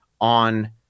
on